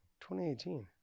2018